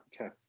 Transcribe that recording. Okay